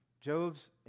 Job's